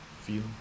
feel